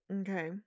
okay